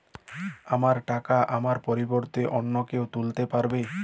আমার টাকা আমার পরিবর্তে অন্য কেউ তুলতে পারবে?